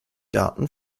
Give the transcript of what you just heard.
daten